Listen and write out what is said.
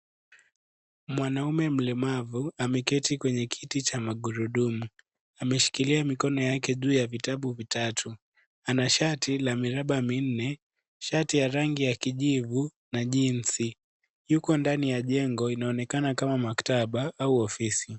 Mwanaume mlemavu, ameketi kwenye kiti cha magurudumu. Ameshikilia mikono yake juu ya vitabu vitatu. Ana shati la miraba minne. Shati ya rangi ya kijivu na jeans .Yuko ndani ya jengo inaonekana kama maktaba au ofisi.